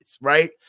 right